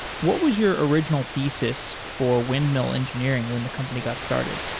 what was your original thesis for windmill engineering when the company got started?